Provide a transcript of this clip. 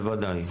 בוודאי.